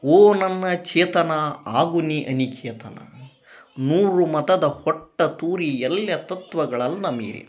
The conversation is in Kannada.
ಓ ನನ್ನ ಚೇತನ ಆಗು ನೀ ಅನಿಕೇತನ ಮೂರು ಮತದ ಹೊಟ್ಟ ತೂರಿ ಎಲ್ಯ ತತ್ವಗಳನ್ನ ಮೀರಿ